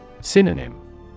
Synonym